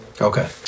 Okay